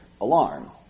alarm